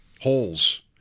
holes